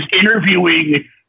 interviewing